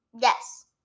Yes